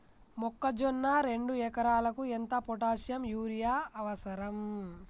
మొక్కజొన్న రెండు ఎకరాలకు ఎంత పొటాషియం యూరియా అవసరం?